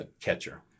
catcher